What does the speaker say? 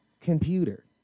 computer